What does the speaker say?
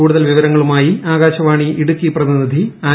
കൂടുതൽ വിവരങ്ങളുമായി ആകാശവാണി ആലപ്പുഴ പ്രതിനിധി ആർ